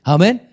Amen